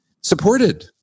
supported